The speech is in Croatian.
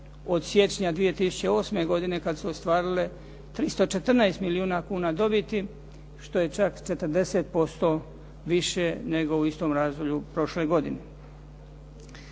od siječnja 2008. godine kada su ostvarile 314 milijuna kuna dobiti što je čak 40% više nego u istom razdoblju prošle godine.